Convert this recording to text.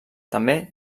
també